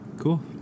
Cool